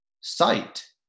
sight